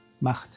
macht